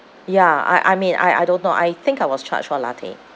ya I I mean I I don't know I think I was charged for latte